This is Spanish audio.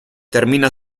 termina